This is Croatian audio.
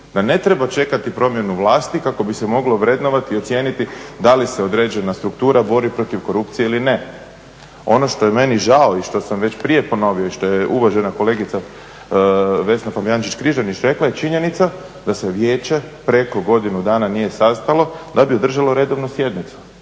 da ne treba čekati promjenu vlasti kako bi se moglo vrednovati i ocijeniti da li se određena struktura bori protiv korupcije ili ne. Ono što je meni žao i što sam već prije ponovio i što je uvažena kolegica Vesna Fabijančić-Križanić rekla je činjenica da se vijeće preko godinu dana nije sastalo da bi održalo redovnu sjednicu